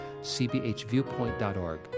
cbhviewpoint.org